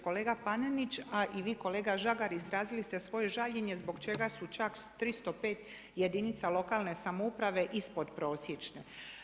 Kolega Panenić a i vi kolega Žagar izrazili ste svoje žaljenje zbog čega su čak 305 jedinica lokalne samouprave ispodprosječne.